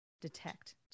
detect